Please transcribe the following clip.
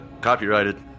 copyrighted